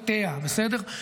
ביורוקרטיותיה, בסדר?